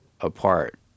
apart